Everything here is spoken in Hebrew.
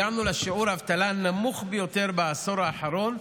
הגענו לשיעור האבטלה הנמוך ביותר בעשור האחרון,